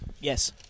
yes